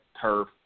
turf